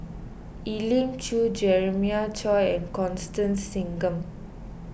Elim Chew Jeremiah Choy and Constance Singam